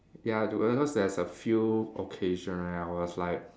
ya I do because there's a few occasion where I was like